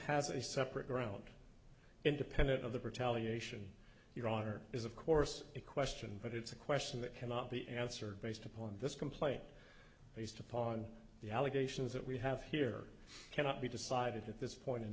has a separate ground independent of the brutality ation your honor is of course a question but it's a question that cannot be answered based upon this complaint based upon the allegations that we have here cannot be decided at this point in